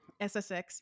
SSX